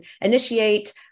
initiate